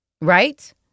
Right